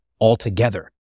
altogether